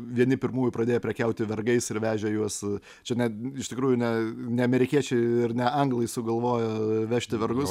vieni pirmųjų pradėjo prekiauti vergais ir vežė juos čia net iš tikrųjų ne ne amerikiečiai ir ne anglai sugalvojo vežti vergus